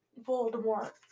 Voldemort